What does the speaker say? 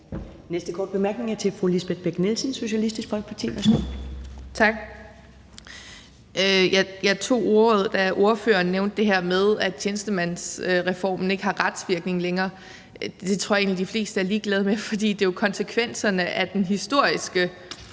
Næste korte bemærkning er fra fru Lisbeth Bech-Nielsen, Socialistisk Folkeparti. Værsgo. Kl. 13:39 Lisbeth Bech-Nielsen (SF): Tak. Jeg tog ordet, da ordføreren nævnte det her med, at tjenestemandsreformen ikke har retsvirkning længere. Det tror jeg egentlig de fleste er ligeglade med, for det er jo konsekvenserne af den historiske